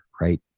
right